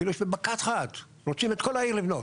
כאילו שבמכה אחת רוצים את כול העיר לבנות,